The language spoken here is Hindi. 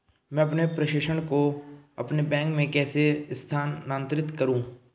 मैं अपने प्रेषण को अपने बैंक में कैसे स्थानांतरित करूँ?